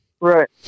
Right